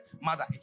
mother